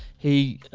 he